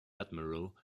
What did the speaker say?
admiral